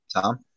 Tom